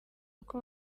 uko